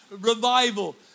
revival